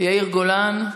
יאיר גולן,